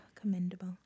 Commendable